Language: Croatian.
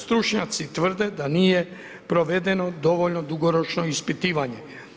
Stručnjaci tvrde da nije provedeno dovoljno dugoročno ispitivanje.